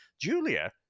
Julia